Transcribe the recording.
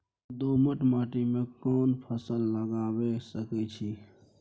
हम दोमट माटी में कोन फसल लगाबै सकेत छी?